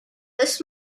this